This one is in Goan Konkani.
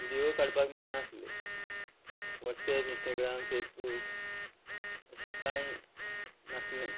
विडियो काडपाक मेळनासले वॉट्सएप इंस्टाग्राम फेसबूक अशी कांय नासलें